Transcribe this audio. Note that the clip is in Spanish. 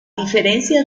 diferencia